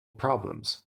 problems